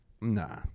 Nah